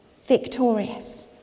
victorious